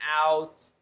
out